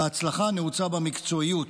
וההצלחה נעוצה במקצועיות.